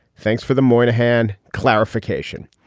thanks for the moynihan clarification.